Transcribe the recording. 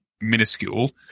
minuscule